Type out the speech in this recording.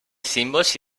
símbols